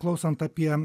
klausant apie